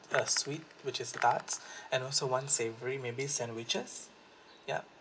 uh sweet which is the tarts and also one savory maybe sandwiches yup